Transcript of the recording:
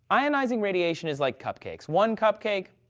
ionizing radiation is like cupcakes. one cupcake,